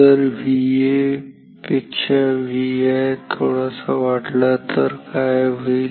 जर VA पेक्षा Vi1 थोडासा वाढला तर काय होईल